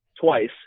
twice